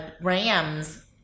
rams